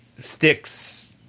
sticks